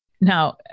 Now